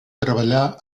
treballar